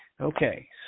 Okay